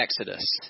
Exodus